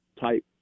type